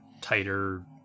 tighter